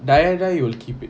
tired eh you'll keep it